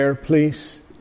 please